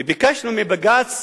וביקשנו מבג"ץ